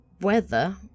weather